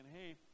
hey